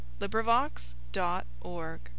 LibriVox.org